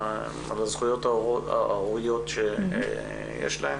הזכויות ההוריות שיש להם.